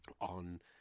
on